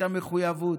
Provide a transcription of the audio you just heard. את המחויבות,